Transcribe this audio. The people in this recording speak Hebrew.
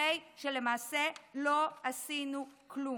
הרי שלמעשה לא עשינו כלום.